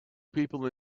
people